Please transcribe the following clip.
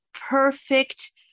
perfect